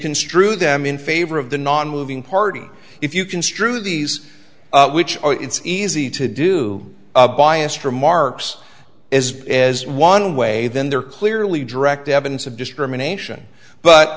construe them in favor of the nonmoving party if you construe these which are it's easy to do biased remarks as as one way then they're clearly direct evidence of discrimination but